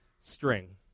string